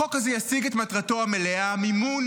החוק הזה ישיג את מטרתו המלאה: מימון